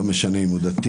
לא משנה אם הוא דתי,